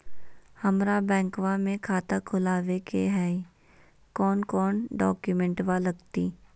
हमरा बैंकवा मे खाता खोलाबे के हई कौन कौन डॉक्यूमेंटवा लगती?